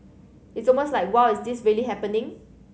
it's almost like wow is this really happening